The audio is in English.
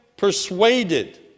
Persuaded